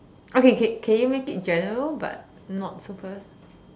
okay can can you make it general but not super